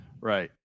Right